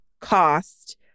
cost